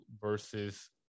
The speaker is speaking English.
versus